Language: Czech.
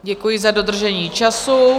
Děkuji za dodržení času.